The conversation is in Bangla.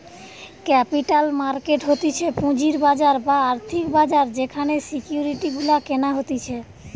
ক্যাপিটাল মার্কেট হতিছে পুঁজির বাজার বা আর্থিক বাজার যেখানে সিকিউরিটি গুলা কেনা হতিছে